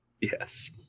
Yes